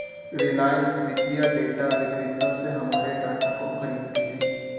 रिलायंस वित्तीय डेटा विक्रेता से हमारे डाटा को खरीदती है